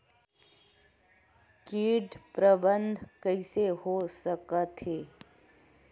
कीट प्रबंधन कइसे हो सकथे?